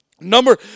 Number